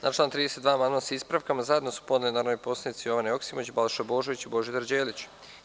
Na član 32. amandman sa ispravkama zajedno su podneli narodni poslanici Jovana Joksimović, Balša Božović i Božidar Đelić.